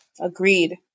Agreed